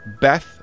Beth